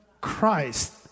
Christ